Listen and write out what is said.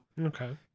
Okay